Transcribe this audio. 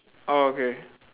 oh okay